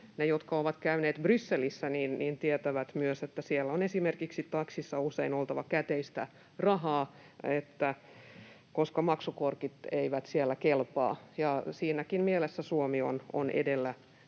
Ne, jotka ovat käyneet Brysselissä, tietävät myös, että siellä on esimerkiksi taksissa usein oltava käteistä rahaa, koska maksukortit eivät siellä kelpaa. Siinäkin mielessä Suomi on